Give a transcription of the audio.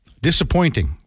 disappointing